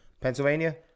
Pennsylvania